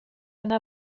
yna